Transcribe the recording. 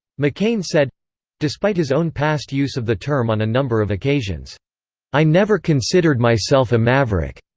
mccain said despite his own past use of the term on a number of occasions i never considered myself a maverick.